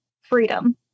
freedom